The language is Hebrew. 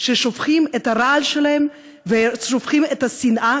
ששופכים את הרעל שלהם ושופכים את השנאה,